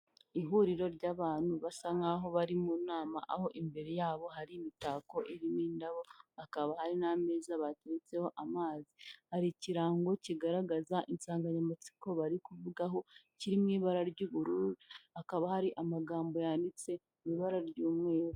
Ihuriro ry'abantu basa nk'aho bari mu nama, aho imbere yabo hari imitako irimo indabo. hakaba hari n'ameza bateretseho amazi. Hari ikirango kigaragaza insanganyamatsiko bari kuvugaho kiri mu ibara ry'ubururu, hakaba hari amagambo yanditse mu ibara ry'umweru.